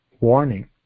warning